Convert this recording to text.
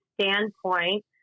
standpoint